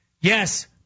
Yes